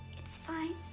it's fine.